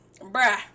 Bruh